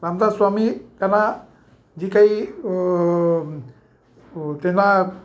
रामदासस्वामी त्यांना जी काही अ त्यांना